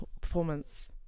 performance